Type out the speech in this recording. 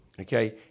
Okay